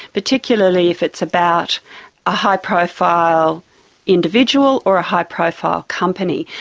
particularly if it's about a high profile individual or a high profile company.